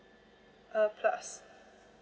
uh plus